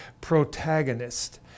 protagonist